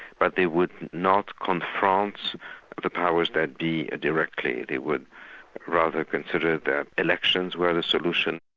but they would not confront the powers that be directly. they would rather consider that elections were the solution.